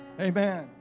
Amen